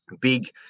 big